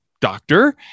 doctor